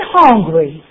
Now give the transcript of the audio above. hungry